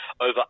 over